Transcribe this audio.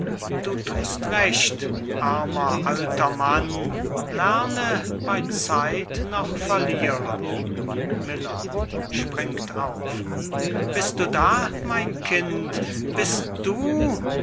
du thust recht armer alter mann lerne bei zeit noch verlieren miller springt auf bist du da mein kind bist du